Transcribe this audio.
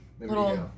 Little